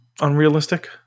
unrealistic